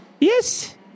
Yes